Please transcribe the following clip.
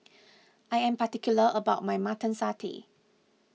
I am particular about my Mutton Satay